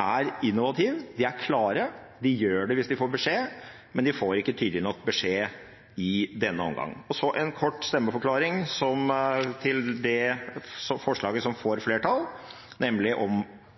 – innovativ. De er klare, de gjør det hvis de får beskjed, men de får ikke tydelig nok beskjed i denne omgang. Så en kort stemmeforklaring til det forslaget til vedtak som får